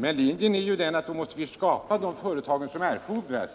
Men linjen är ju den att då måste vi skapa de företag som erfordras,